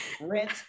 rent